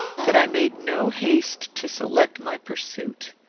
that i made no haste to select my pursuit.